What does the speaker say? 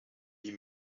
die